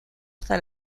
hasta